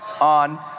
on